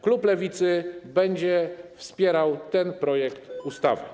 Klub Lewicy będzie wspierał ten projekt ustawy.